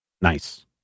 nice